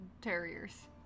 Terriers